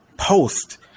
Post